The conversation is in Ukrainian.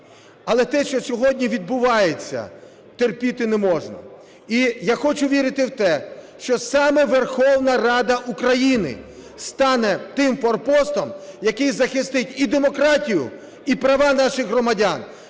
Але те, що сьогодні відбувається, терпіти не можна. І я хочу вірити в те, що саме Верховна Рада України стане тим форпостом, який захистить і демократію, і права наших громадян.